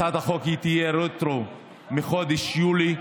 הצעת החוק תהיה רטרו מחודש יולי,